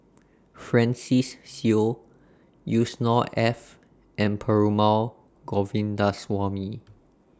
Francis Seow Yusnor Ef and Perumal Govindaswamy